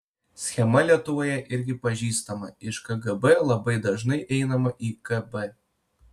schema lietuvoje irgi pažįstama iš kgb labai dažnai einama į kb